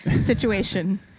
situation